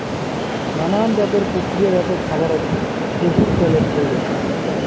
নানান জাতের প্রক্রিয়াজাত খাবারত খেজুর ত্যালের চইল হই